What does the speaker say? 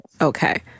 Okay